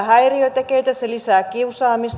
se lisää kiusaamista